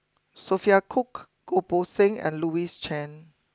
Sophia Cooke Goh Poh Seng and Louis Chen